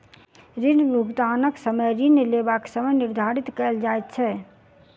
ऋण भुगतानक समय ऋण लेबाक समय निर्धारित कयल जाइत छै